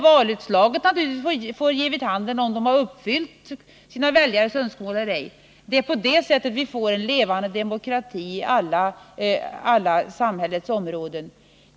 Valutslaget får naturligtvis ge vid handen om kommunalpolitikerna har uppfyllt sina väljares önskemål eller ej. Det är på det sättet vi får en levande demokrati på alla samhällets områden.